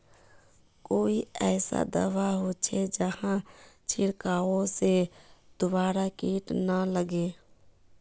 कोई ऐसा दवा होचे जहार छीरकाओ से दोबारा किट ना लगे?